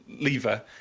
lever